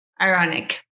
Ironic